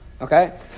Okay